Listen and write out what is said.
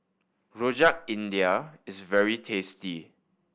Rojak India is very tasty